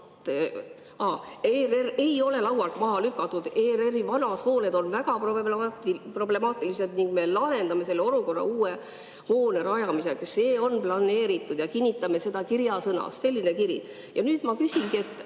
ERR ei ole laualt maha lükatud. ERR‑i vanad hooned on väga problemaatilised ning me lahendame selle olukorra uue hoone rajamisega, see on planeeritud ja kinnitame seda kirjasõnas. Selline kiri. Ja nüüd ma küsingi.